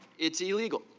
it is illegal.